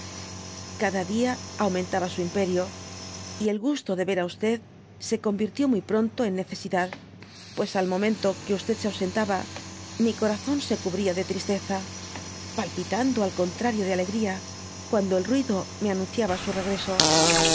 cada dia aumentaba su imperio y el gusto de ver á se convirtió muy pronto en necesidad pues al momento que se ausentaba mi corazón se cubría de tristeza palpitando al contrarío de alegría cuando el ruido me anunciaba su regreso